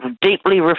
deeply